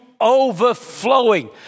overflowing